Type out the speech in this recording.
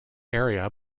area